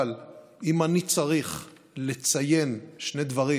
אבל אם אני צריך לציין שני דברים